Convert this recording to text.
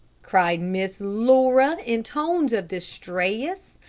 cried miss laura, in tones of distress,